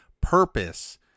purpose